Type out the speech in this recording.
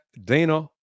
Dana